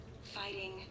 fighting